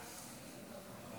תודה רבה,